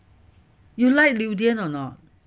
you like durian or not